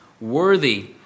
worthy